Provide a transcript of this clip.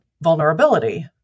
vulnerability